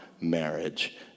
marriage